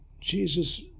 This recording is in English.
Jesus